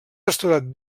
restaurat